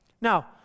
now